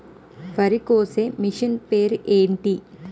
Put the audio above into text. వరి కోసే మిషన్ పేరు ఏంటి